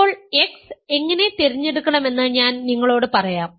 ഇപ്പോൾ x എങ്ങനെ തിരഞ്ഞെടുക്കണമെന്ന് ഞാൻ നിങ്ങളോട് പറയാം